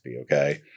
okay